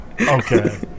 Okay